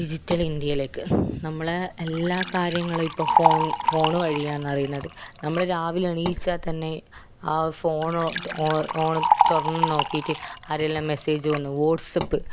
digital ഇന്ത്യയിലേക്ക് നമ്മളുടെ എല്ലാ കാര്യങ്ങളും ഇപ്പോൾ ഫോൺ ഫോൺ വഴിയാണ് അറിയുന്നത് നമ്മൾ രാവിലെ എണീറ്റാൽ തന്നെ ആ ഫോൺ ഓൺ തുറന്ന് നോക്കിയിട്ട് ആരെല്ലാം മെസ്സേജ് വന്നോ വാട്ട്സപ്പ്